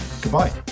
Goodbye